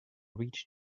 reach